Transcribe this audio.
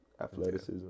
athleticism